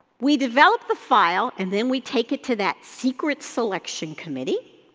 we develop the file and then we take it to that secret selection committee,